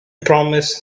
promised